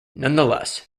nonetheless